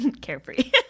carefree